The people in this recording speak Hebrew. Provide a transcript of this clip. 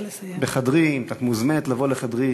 את מוזמנת לבוא לחדרי,